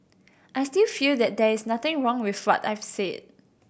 I still feel that there's nothing wrong with what I've said